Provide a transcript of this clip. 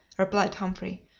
replied humphrey.